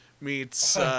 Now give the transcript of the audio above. meets